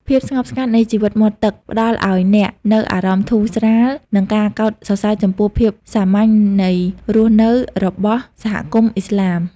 ភាពស្ងប់ស្ងាត់នៃជីវិតមាត់ទឹក ផ្តល់ឱ្យអ្នកនូវអារម្មណ៍ធូរស្រាល និងការកោតសរសើរចំពោះភាពសាមញ្ញនៃរស់នៅរបស់សហគមន៍ឥស្លាម។